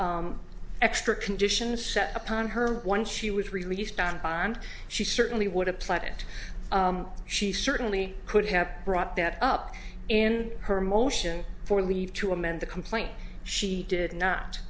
some extra conditions upon her once she was released on bond she certainly would apply that she certainly could have brought that up in her motion for leave to amend the complaint she did not